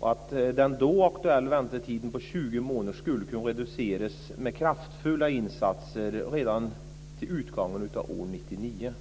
och att den då aktuella väntetiden på 20 månader skulle kunna reduceras med kraftfulla insatser redan till utgången av år 1999.